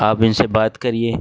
آپ ان سے بات کریے